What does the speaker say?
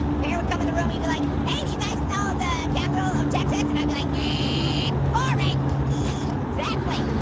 pear would come in the room, he'd be like, hey, do you guys know the capital of texas? and i'd be like ah like exactly